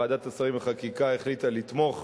ועדת השרים לחקיקה החליטה לתמוך